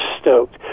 stoked